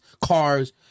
cars